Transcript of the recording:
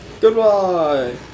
Goodbye